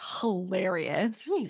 hilarious